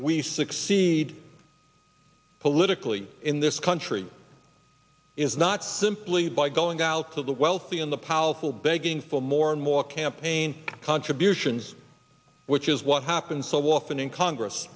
we succeed politically in this country is not simply by going out to the wealthy and the powerful begging for more and more campaign contributions which is what happened so often in congress